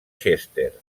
chester